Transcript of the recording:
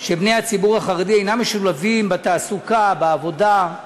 שבני הציבור החרדי אינם משולבים בתעסוקה, בעבודה,